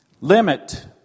limit